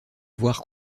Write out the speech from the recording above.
voir